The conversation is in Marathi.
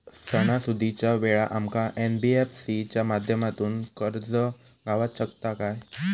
सणासुदीच्या वेळा आमका एन.बी.एफ.सी च्या माध्यमातून कर्ज गावात शकता काय?